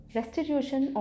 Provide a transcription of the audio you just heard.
Restitution